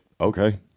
okay